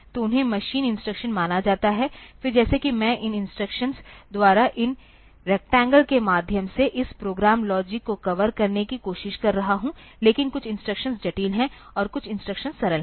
तो उन्हें machine instructions माना जाता है फिर जैसे कि मैं इन इंस्ट्रक्शंस द्वारा इन रेक्टेंगल के माध्यम से इस प्रोग्राम लॉजिक को कवर करने की कोशिश कर रहा हूं लेकिन कुछ इंस्ट्रक्शंस जटिल हैं और कुछ इंस्ट्रक्शंस सरल हैं